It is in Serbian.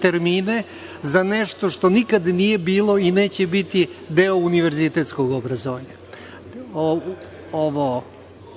termine za nešto što nikad nije bilo i neće biti deo univerzitetskog obrazovanja.